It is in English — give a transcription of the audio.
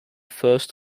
first